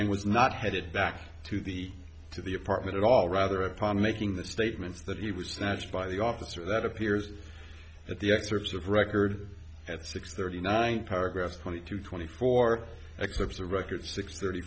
and was not headed back to the to the apartment at all rather upon making the statements that he was snatched by the officer that appears at the excerpts of record at six thirty nine paragraphs twenty two twenty four eclipse a record six thirty